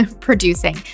producing